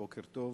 בוקר טוב.